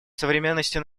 современности